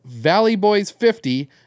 valleyboys50